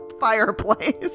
Fireplace